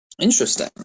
Interesting